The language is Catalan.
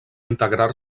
integrar